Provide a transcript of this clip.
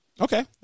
okay